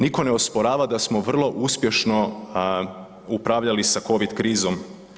Niko ne osporava da smo vrlo uspješno upravljali sa covid krizom.